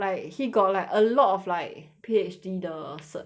like he got like a lot of like P_H_D 的 cert~